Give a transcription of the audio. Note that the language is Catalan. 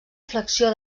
flexió